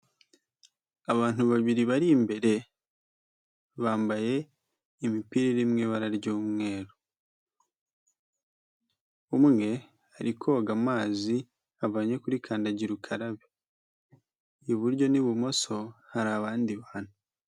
Abantu babiri bari imbere bambaye imipira iri mu ibara ry'umweru. Umwe ari koga amazi avanye kuri kandagirukarabe. Iburyo n'ibumoso hari abandi bantu.